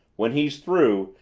when he's through,